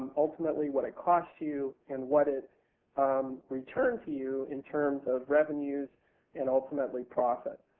um ultimately, what it cost you and what it um returned to you in terms of revenues and, ultimately, profit.